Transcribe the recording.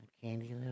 Candy